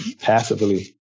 passively